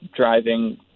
driving